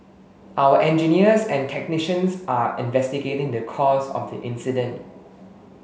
our engineers and technicians are investigating the cause of the incident